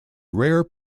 rare